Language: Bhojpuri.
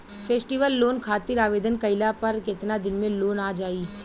फेस्टीवल लोन खातिर आवेदन कईला पर केतना दिन मे लोन आ जाई?